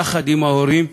יחד עם ההורים,